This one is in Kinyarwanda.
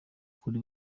kuri